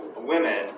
women